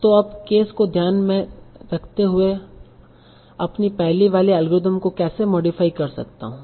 तो अब केस को ध्यान मैं सखते हुए अपनी पहले वाली एल्गोरिथ्म को कैसे मॉडिफाई कर सकता हूं